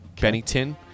Bennington